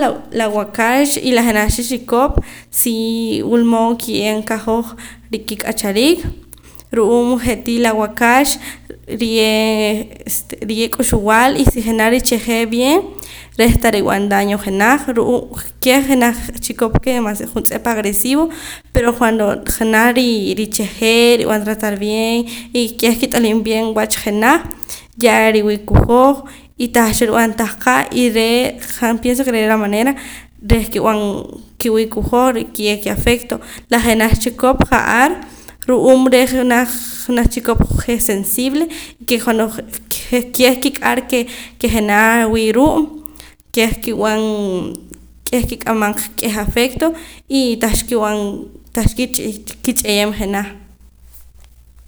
La waakax y la jenaj cha chikop si wula mood kiye'em qahoj rikiik'achariik ru'uum je'tii la waakax riye' este riye' k'uxb'al y si janaj richa'jeem bien reh tarib'an daño jenaj ru'uum keh jenaj chikop ke demaciodo juntz'ep agresivo pero cuando janaj rii riche'jee rib'an tratar bien y keh kit'aliim bien wach jenaj ya riwii' qu'hoj y tah cha rib'an tahqa' y re' han pienso ke re' la manera reh kib'an kiwii' qu'hoj riye' kiafecto la jenaj chikop ja'ar ru'uum re' jenaj naj chikop je' sensible ke keh kik'ar ke jenaj wii' ruu' keh kib'an k'eh kik'amam qa k'eh afecto y tah cha kib'an tah cha kuch'eyem jenaj